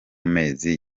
mezi